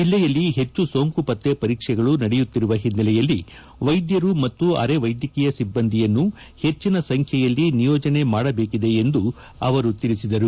ಜಿಲ್ಲೆಯಲ್ಲಿ ಹೆಚ್ಚು ಸೋಂಕು ಪತ್ತೆ ಪರೀಕ್ಷೆಗಳು ನಡೆಯುತ್ತಿರುವ ಹಿನ್ನೆಲೆಯಲ್ಲಿ ವೈದ್ಯರು ಮತ್ತು ಅರೆ ವೈದ್ಯಕೀಯ ಸಿಬ್ಲಂದಿಯನ್ನು ಹೆಚ್ಚಿನ ಸಂಖ್ಯೆಯಲ್ಲಿ ನಿಯೋಜನೆ ಮಾಡಬೇಕಿದೆ ಎಂದು ಅವರು ಹೇಳಿದರು